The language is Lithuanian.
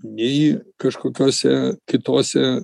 nei kažkokiuose kituose